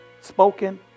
spoken